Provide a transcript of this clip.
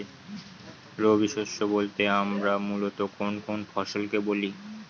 রবি শস্য বলতে আমরা মূলত কোন কোন ফসল কে বলি?